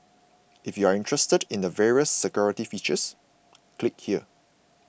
if you're interested in the various security features click here